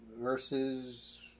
verses